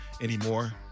anymore